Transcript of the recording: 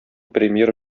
премьер